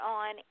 on